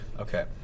Okay